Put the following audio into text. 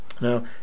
Now